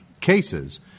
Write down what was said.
cases